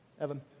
Evan